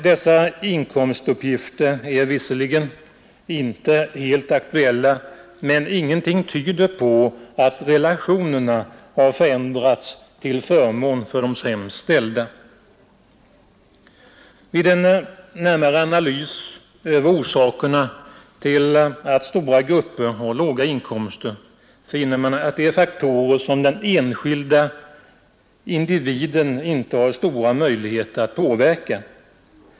Dessa inkomstuppgifter är visserligen inte helt aktuella, men ingenting tyder på att relationerna har förändrats till förmån för de sämst ställda. Vid en närmare analys över orsakerna till att stora grupper har låga inkomster finner man att det är faktorer som den enskilde individen inte haft stora möjligheter att påverka.